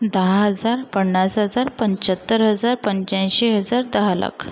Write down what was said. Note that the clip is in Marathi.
दहा हजार पन्नास हजार पंचाहत्तर हजार पंचाऐंशी हजार दहा लाख